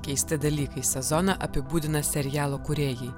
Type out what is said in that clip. keisti dalykai sezoną apibūdina serialo kūrėjai